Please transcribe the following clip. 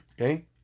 Okay